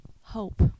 hope